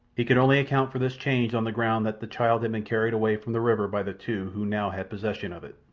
he could only account for this change on the ground that the child had been carried away from the river by the two who now had possession of it.